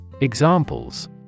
Examples